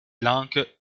langues